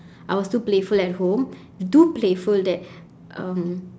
I was too playful at home too playful that um